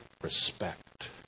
respect